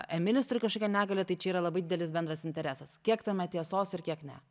emilis turi kažkokią negalią tai čia yra labai didelis bendras interesas kiek tame tiesos ir kiek ne